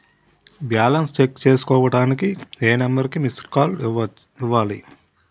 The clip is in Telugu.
బాలన్స్ చెక్ చేసుకోవటానికి ఏ నంబర్ కి మిస్డ్ కాల్ ఇవ్వాలి?